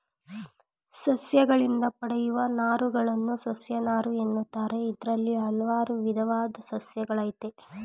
ಸಸ್ಯಗಳಿಂದ ಪಡೆಯುವ ನಾರುಗಳನ್ನು ಸಸ್ಯನಾರು ಎನ್ನುತ್ತಾರೆ ಇದ್ರಲ್ಲಿ ಹಲ್ವಾರು ವಿದವಾದ್ ಸಸ್ಯಗಳಯ್ತೆ